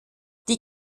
die